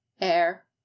air